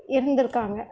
இருந்திருக்காங்க